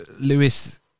Lewis